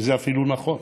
וזה אפילו נכון.